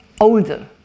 older